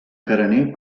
carener